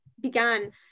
began